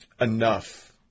Enough